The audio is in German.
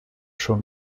schon